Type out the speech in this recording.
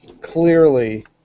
clearly